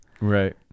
Right